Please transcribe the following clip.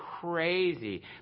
crazy